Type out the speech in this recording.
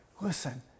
listen